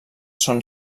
són